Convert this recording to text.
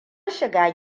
shiga